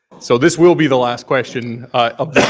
so this will be the last question